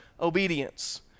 obedience